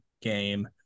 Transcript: game